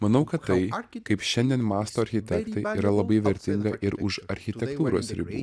manau kad tai kaip šiandien mąsto architektai labai yra vertinga ir už architektūros ribų